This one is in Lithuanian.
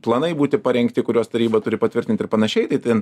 planai būti parengti kuriuos taryba turi patvirtint ir panašiai tai ten